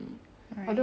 think of it that way